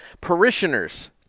parishioners